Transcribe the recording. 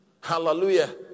Hallelujah